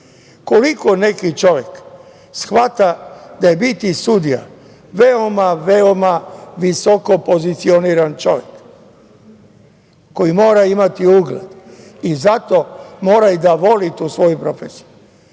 koliko neki čovek shvata da je biti sudija veoma, veoma visoko pozicioniran čovek, koji mora imati ugled i zato mora i da voli tu svoju profesiju,